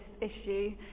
issue